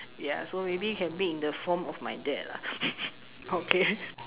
ya so maybe can make in the form of my dad lah okay